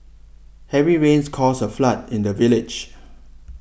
heavy rains caused a flood in the village